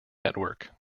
network